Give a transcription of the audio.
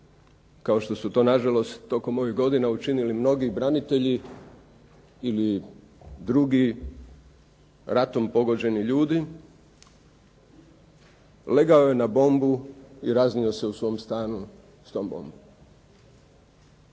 kao što su to na žalost tokom ovih godina učinili mnogi branitelji ili drugi ratom pogođeni ljudi, legao je na bombu i raznio se u svom stanu s tom bombom.